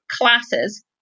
classes